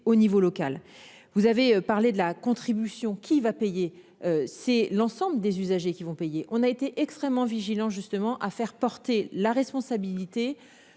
au niveau local, vous avez parlé de la contribution qui va payer. C'est l'ensemble des usagers qui vont payer. On a été extrêmement vigilants justement à faire porter la responsabilité